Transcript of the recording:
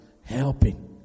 helping